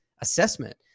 assessment